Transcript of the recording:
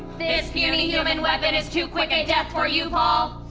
this puny human weapon is too quick a death for you paul